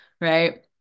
right